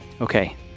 Okay